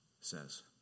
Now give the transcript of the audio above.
says